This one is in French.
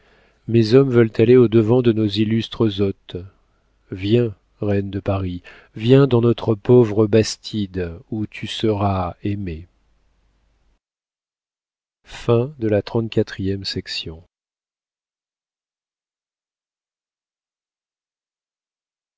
mes hommes veulent aller au-devant de nos illustres hôtes viens reine de paris viens dans notre pauvre bastide où tu seras aimée